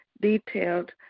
detailed